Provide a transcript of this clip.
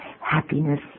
happiness